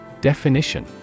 Definition